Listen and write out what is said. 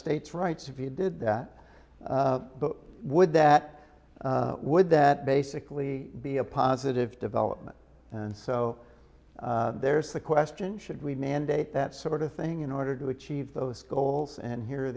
states rights if you did that would that would that basically be a positive development and so there's the question should we mandate that sort of thing in order to achieve those goals and he